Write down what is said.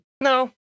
No